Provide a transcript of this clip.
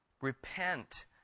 Repent